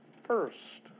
first